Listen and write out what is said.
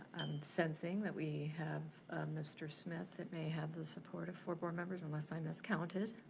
sensing that we have mr. smith that may have the support of four board members, unless i miscounted.